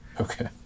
Okay